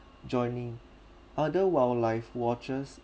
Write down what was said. joining other wildlife watches